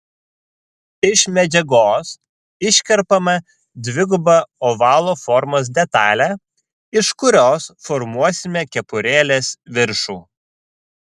iš medžiagos iškerpame dvigubą ovalo formos detalę iš kurios formuosime kepurėlės viršų